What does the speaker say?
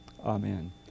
Amen